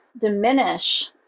diminish